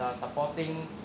supporting